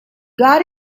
got